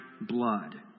blood